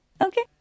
Okay